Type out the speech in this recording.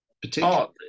Particularly